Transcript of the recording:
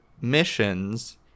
missions